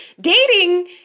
Dating